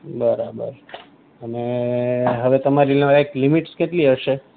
બરાબર અને હવે તમારી લ એક લિમિટ કેટલી હશે